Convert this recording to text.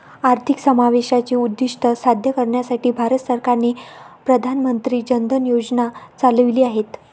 आर्थिक समावेशाचे उद्दीष्ट साध्य करण्यासाठी भारत सरकारने प्रधान मंत्री जन धन योजना चालविली आहेत